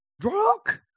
Drunk